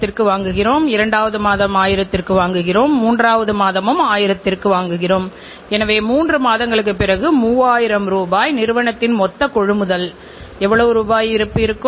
தரக் கட்டுப்பாடு என்பது தயாரிப்பு மற்றும் சேவைகள் வாடிக்கையாளரின் திருப்தி மற்றும் பொருட்களின் செயல்திறனை உறுதிசெய்வதற்கான முயற்சியாகும்